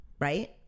right